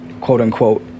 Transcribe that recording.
quote-unquote